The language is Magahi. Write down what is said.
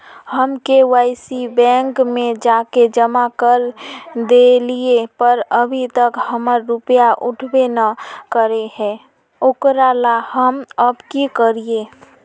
हम के.वाई.सी बैंक में जाके जमा कर देलिए पर अभी तक हमर रुपया उठबे न करे है ओकरा ला हम अब की करिए?